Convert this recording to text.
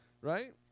right